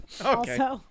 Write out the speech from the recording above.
Okay